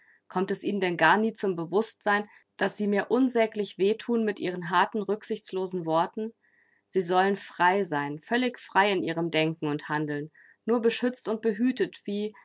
kommt es ihnen denn gar nie zum bewußtsein daß sie mir unsäglich weh thun mit ihren harten rücksichtslosen worten sie sollen frei sein völlig frei in ihrem denken und handeln nur beschützt und behütet wie